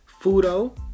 Fudo